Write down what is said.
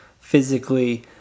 physically